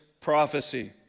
prophecy